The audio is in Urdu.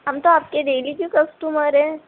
ہم تو آپ کے ڈیلی کے کسٹمر ہیں